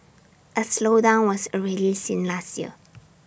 A slowdown was already seen last year